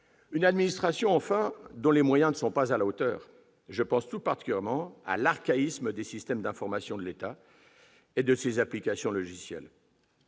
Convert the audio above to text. de l'administration ne sont pas à la hauteur. Je pense tout particulièrement à l'archaïsme des systèmes d'information de l'État et de leurs applications logicielles.